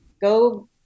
go